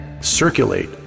circulate